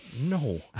No